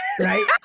Right